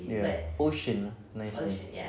ya ocean nice name